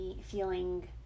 feeling